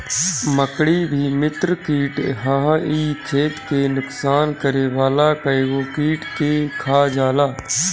मकड़ी भी मित्र कीट हअ इ खेत के नुकसान करे वाला कइगो कीट के खा जाला